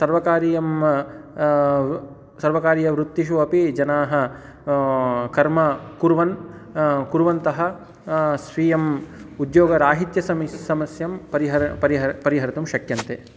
सर्वकारीयं सर्वकारीयवृत्तिषु अपि जनाः कर्मं कुर्वन् कुर्वन्तः स्वीयम् उद्योगराहित्यं समिस् समस्यां परिहारं परिहारं परिहर्तुं शक्यन्ते